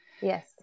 Yes